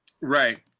Right